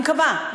אני מקווה,